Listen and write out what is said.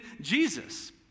Jesus